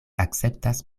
akceptas